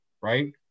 right